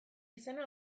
izena